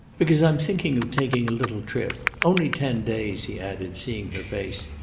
because i'm thinking of taking a little trip. only ten days, he added, seeing her face.